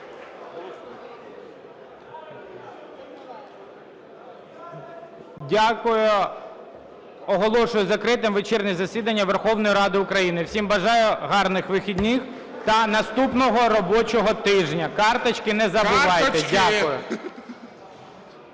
Дякую. Оголошую закритим вечірнє засідання Верховної Ради України. Всім бажаю гарних вихідних та наступного робочого тижня. Карточки не забувайте. Дякую.